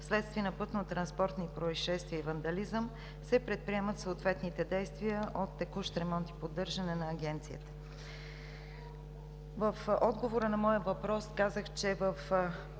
в следствие на пътнотранспортни произшествия и вандализъм, се предприемат съответните действия от текущ ремонт и поддържане на Агенцията. В отговора на моя въпрос казах, че в